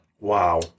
Wow